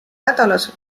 nädalas